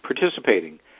participating